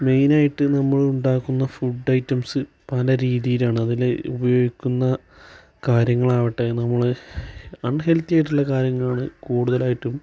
മെയിനായിട്ട് നമ്മൾ ഉണ്ടാക്കുന്ന ഫുഡ് ഐറ്റംസ് പല രീതിയിലാണ് അതില് ഉപയോഗിക്കുന്ന കാര്യങ്ങളാവട്ടെ നമ്മള് അൺ ഹെൽത്തി ആയിട്ടുള്ള കാര്യങ്ങളാണ് കുടുതലായിട്ടും